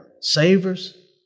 Savers